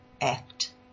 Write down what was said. act